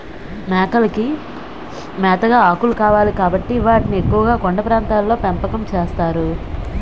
మేకలకి మేతగా ఆకులు కావాలి కాబట్టి వాటిని ఎక్కువుగా కొండ ప్రాంతాల్లో పెంపకం చేస్తారు